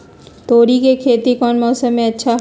तोड़ी के खेती कौन मौसम में अच्छा होई?